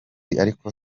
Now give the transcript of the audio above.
ariko